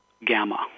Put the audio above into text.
gamma